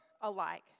alike